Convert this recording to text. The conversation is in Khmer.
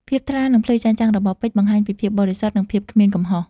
ភាពថ្លា និងភ្លឺចែងចាំងរបស់ពេជ្រ បង្ហាញពីភាពបរិសុទ្ធ និងភាពគ្មានកំហុស។